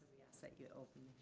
yes, i get open